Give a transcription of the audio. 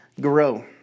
grow